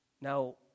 Now